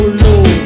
low